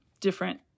different